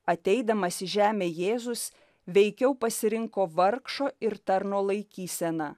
ateidamas į žemę jėzus veikiau pasirinko vargšo ir tarno laikyseną